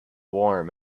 warm